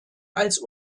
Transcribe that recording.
als